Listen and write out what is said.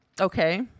Okay